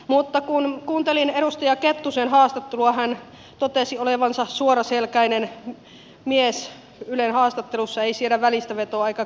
mutta kun kuuntelin edustaja kettusen haastattelua hän totesi ylen haastattelussa olevansa suoraselkäinen mies ei siedä välistävetoa eikä korruptiota